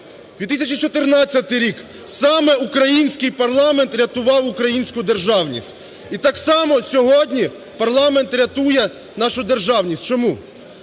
2014 рік – саме український парламент рятував українську державність. І так само сьогодні парламент рятує нашу державність чому.